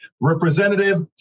Representative